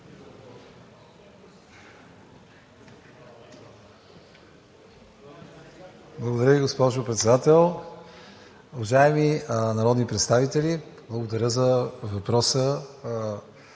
Благодаря Ви, госпожо Председател. Уважаеми народни представители, благодаря за въпроса.